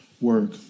work